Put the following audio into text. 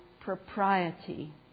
propriety